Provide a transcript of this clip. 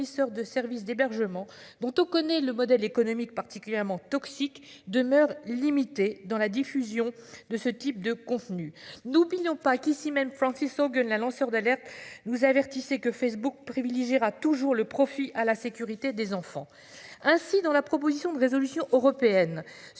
de services d'hébergement dont on connaît le modèle économique particulièrement toxique demeure limité dans la diffusion de ce type de contenu. N'oublions pas qu'ici même, Francis. La lanceurs d'alerte nous avertissait que Facebook privilégiera toujours le profit à la sécurité des enfants ainsi dans la proposition de résolution européenne